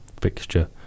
fixture